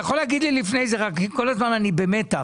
אתה יכול להגיד לי לפני זה, רק כל הזמן אני במתח.